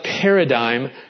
paradigm